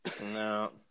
No